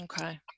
Okay